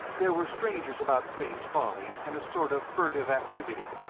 there were strangers about cray's folly and a sort of furtive activity,